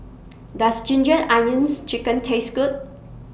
Does Ginger Onions Chicken Taste Good